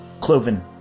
Cloven